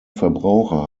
verbraucher